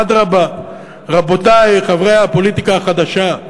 אדרבה, רבותי חברי הפוליטיקה החדשה,